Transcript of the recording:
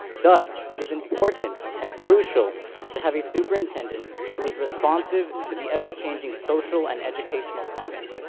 thus, it is important and crucial to have a superintendent who is responsive to the ever changing social and educational climate.